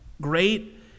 Great